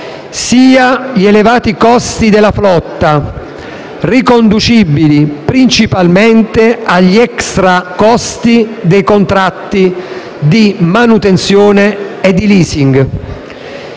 sia gli elevati costi della flotta, riconducibili principalmente agli extracosti dei contratti di manutenzione e di *leasing*,